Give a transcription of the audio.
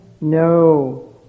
No